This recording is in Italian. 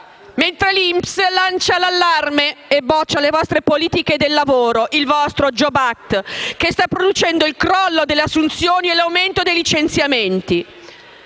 mentre l'Inps lancia l'allarme e boccia le vostre politiche del lavoro, il vostro *Jobs Act* che sta producendo il crollo delle assunzioni e l'aumento di licenziamenti!